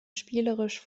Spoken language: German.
spielerisch